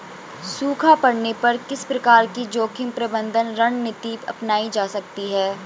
सूखा पड़ने पर किस प्रकार की जोखिम प्रबंधन रणनीति अपनाई जा सकती है?